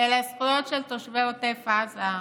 אלא זכויות של תושבי עוטף עזה,